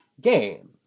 game